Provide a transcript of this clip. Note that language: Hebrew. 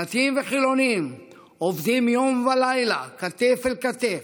דתיים וחילונים, עובדים יום ולילה כתף אל כתף.